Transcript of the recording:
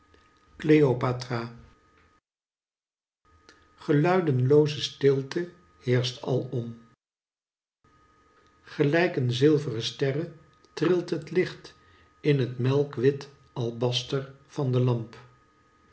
kleopatra geluidenlooze stilte heerscht alom gelijk een zilvren sterre trilt het licht in t melkwit alabaster van de lamp